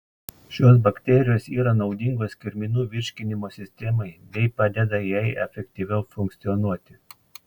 šios bakterijos yra naudingos kirminų virškinimo sistemai bei padeda jai efektyviau funkcionuoti